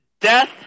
Death